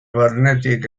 barnetik